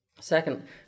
Second